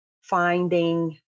finding